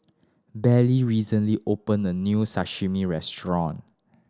Belle recently open a new Sashimi Restaurant